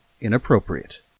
inappropriate